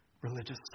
religious